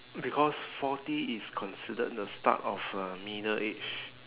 because forty is considered the start of uh middle age